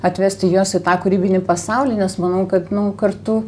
atvesti juos į tą kūrybinį pasaulį nes manau kad nu kartu